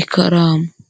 ikaramu.